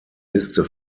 liste